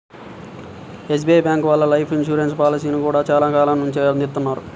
SBI bank వాళ్ళు life insurance పాలసీలను గూడా చానా కాలం నుంచే అందిత్తన్నారు